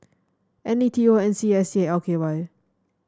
N A T O N S C S L K Y